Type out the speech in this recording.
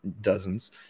dozens